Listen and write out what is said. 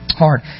hard